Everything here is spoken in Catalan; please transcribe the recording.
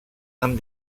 amb